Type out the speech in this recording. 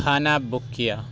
کھانا بک کیا